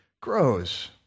grows